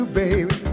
baby